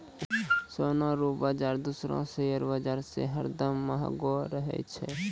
सोना रो बाजार दूसरो शेयर बाजार से हरदम महंगो रहै छै